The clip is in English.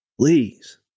Please